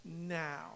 now